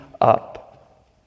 up